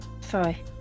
sorry